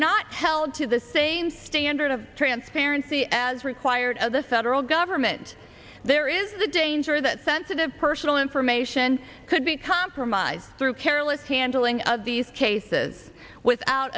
not held to the sane standard of transparency as required of the federal government there is a danger that sensitive personal information could be compromised through careless handling of these cases without